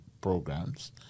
programs